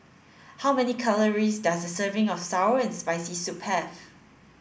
how many calories does a serving of sour and spicy soup have